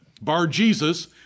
Bar-Jesus